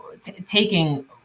taking